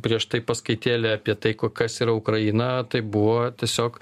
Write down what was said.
prieš tai paskaitėlė apie tai kas yra ukraina tai buvo tiesiog